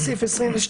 לפי סעיף 22ב,